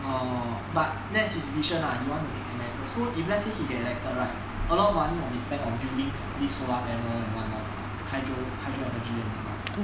orh but that's his vision lah he want to make america so if he got elected right a lot of money will be spend on buildings this solar panel and what not hydro hydro energy and not